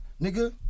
nigga